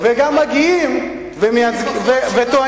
וגם מגיעים וטוענים,